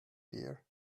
here